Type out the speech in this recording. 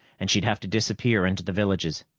and she'd have to disappear into the villages.